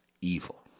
evil